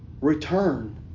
return